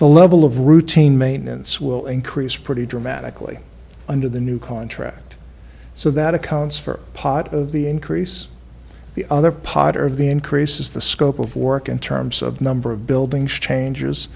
the level of routine maintenance will increase pretty dramatically under the new contract so that accounts for part of the increase the other pot or the increases the scope of work in terms of number of buildings changes